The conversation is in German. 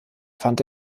fand